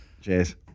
Cheers